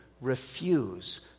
refuse